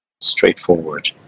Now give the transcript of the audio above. straightforward